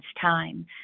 time